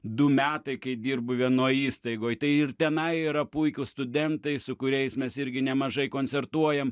du metai kai dirbu vienoj įstaigoj tai ir tenai yra puikūs studentai su kuriais mes irgi nemažai koncertuojam